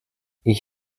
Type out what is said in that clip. ich